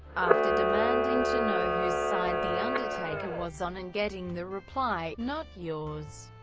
after demanding to know whose side the undertaker was on and getting the reply not yours,